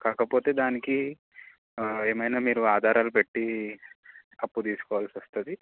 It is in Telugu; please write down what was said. కాకపోతే దానికి ఏమైనా మీరు ఆధారాలు పెట్టి అప్పు తీసుకోవాల్సి వస్తుంది